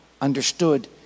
understood